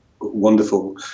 wonderful